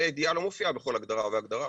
ה' הידיעה לא מופיעה בכל הגדרה והגדרה.